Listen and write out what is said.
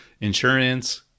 insurance